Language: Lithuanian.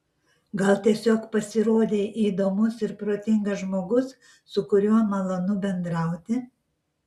gal tiesiog pasirodei įdomus ir protingas žmogus su kuriuo malonu bendrauti